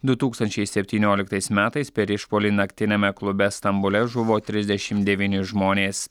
du tūkstančiai septynioliktais metais per išpuolį naktiniame klube stambule žuvo trisdešim devyni žmonės